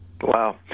Wow